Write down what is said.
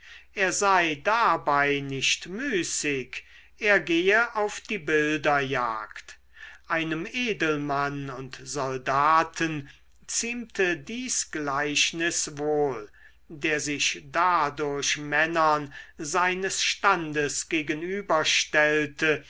er sei dabei nicht müßig er gehe auf die bilderjagd einem edelmann und soldaten ziemte dies gleichnis wohl der sich dadurch männern seines standes